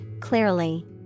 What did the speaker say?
clearly